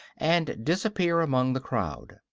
and disappear among the crowd.